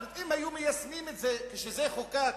אם היו מיישמים את זה כשזה חוקק,